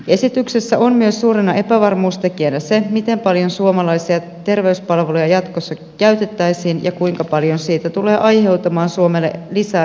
esityksessä on myös suurena epävarmuustekijänä se miten paljon suomalaisia terveyspalveluja jatkossa käytettäisiin ja kuinka paljon siitä tulisi aiheutumaan suomelle lisää erilaisia kustannuksia